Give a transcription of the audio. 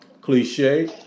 cliche